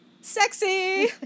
Sexy